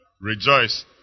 Rejoice